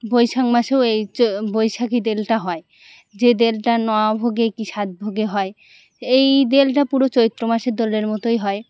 বৈশাখ মাসেও এই বৈশাখী দোলটা হয় যে দোলটা নয় ভোগে কি সাত ভোগে হয় এই দোলটা পুরো চৈত্র মাসের দোলের মতোই হয়